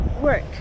work